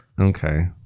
Okay